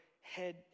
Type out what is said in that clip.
head